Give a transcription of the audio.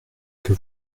que